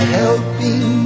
helping